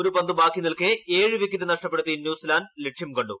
ഒരു പന്ത് ബാക്കി നിൽക്കേ ഏഴ് വിക്കറ്റ് നഷ്ടപ്പെടുത്തി ന്യൂസിലന്റ് ലക്ഷ്യം കണ്ടു